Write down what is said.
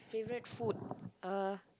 favourite food uh